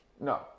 No